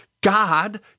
God